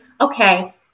okay